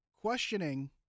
questioning